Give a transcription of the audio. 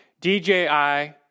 DJI